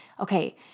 okay